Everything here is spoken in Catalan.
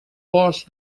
boscs